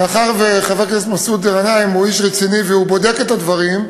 מאחר שחבר הכנסת מסעוד גנאים הוא איש רציני והוא בודק את הדברים,